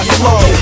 flow